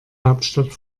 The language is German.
hauptstadt